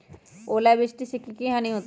ओलावृष्टि से की की हानि होतै?